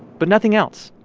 but nothing else.